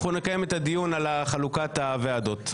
אנחנו נקיים את הדיון על חלוקת הוועדות.